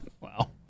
Wow